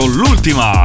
l'ultima